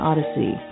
Odyssey